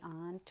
on